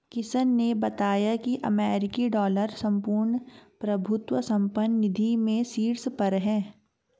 किशन ने बताया की अमेरिकी डॉलर संपूर्ण प्रभुत्व संपन्न निधि में शीर्ष पर है